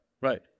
Right